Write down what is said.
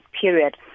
period